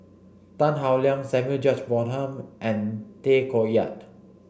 Tan Howe Liang Samuel George Bonham and Tay Koh Yat